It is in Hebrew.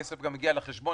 הכסף גם הגיע לחשבון,